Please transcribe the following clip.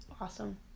awesome